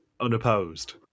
unopposed